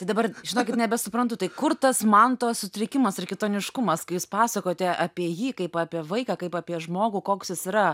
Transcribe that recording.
tai dabar žinokit nebesuprantu tai kur tas manto sutrikimas ir kitoniškumas kai jūs pasakote apie jį kaip apie vaiką kaip apie žmogų koks jis yra